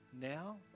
Now